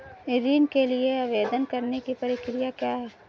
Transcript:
ऋण के लिए आवेदन करने की प्रक्रिया क्या है?